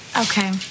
Okay